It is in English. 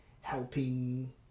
helping